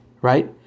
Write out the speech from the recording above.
right